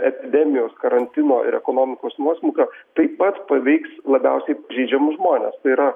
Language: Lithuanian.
epidemijos karantino ir ekonomikos nuosmukio taip pat paveiks labiausiai pažeidžiamus žmones tai yra